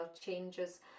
changes